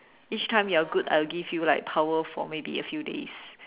each time you are good I'll give you like power for maybe a few days